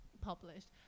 published